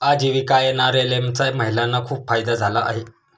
आजीविका एन.आर.एल.एम चा महिलांना खूप फायदा झाला आहे